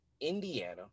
Indiana